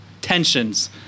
tensions